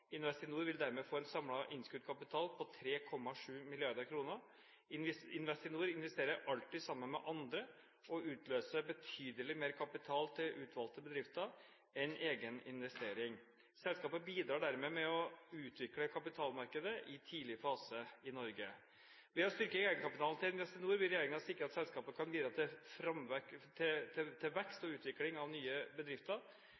på 3,7 mrd. kr. Investinor investerer alltid sammen med andre og utløser betydelig mer kapital til utvalgte bedrifter enn egen investering. Selskapet bidrar dermed med å utvikle kapitalmarkedet i tidlig fase i Norge. Ved å styrke egenkapitalen til Investinor vil regjeringen sikre at selskapet kan bidra til